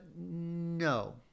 no